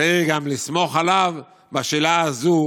צריך גם לסמוך עליו בשאלה הזו.